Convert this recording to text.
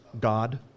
God